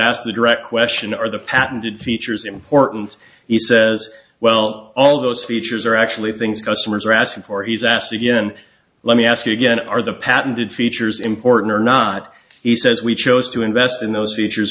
asked a direct question are the patented features important he says well all those features are actually things customers are asking for he's asked again let me ask you again are the patented features important or not he says we chose to invest in those features